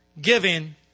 giving